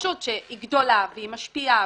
שרשות שהיא גדולה והיא משפיעה,